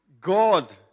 God